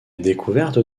découverte